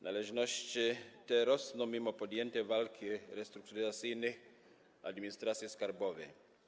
Należności te rosną mimo podjętej walki restrukturyzacyjnej administracji skarbowej.